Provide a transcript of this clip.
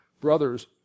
brothers